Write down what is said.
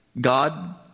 God